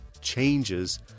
changes